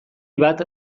bat